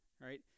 right